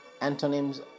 Antonyms